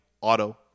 Auto